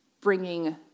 bringing